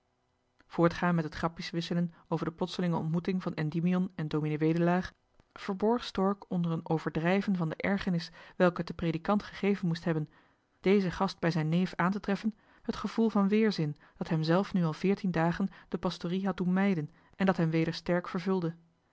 voortgaand met het grapjes wisselen over die plotselinge ontmoeting van endymion en ds wedelaar verborg stork onder een overdrijven van de ergernis welke het den predikant gegeven moest hebben dézen gast bij zijn neef aan te treffen het gevoel van weerzin dat hemzelf nu al veertien dagen de pastorie had doen mijden en dat hem weder sterk vervulde